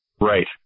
Right